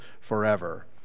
forever